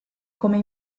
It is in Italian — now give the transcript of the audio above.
come